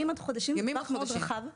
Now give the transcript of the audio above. טווח רחב מאוד.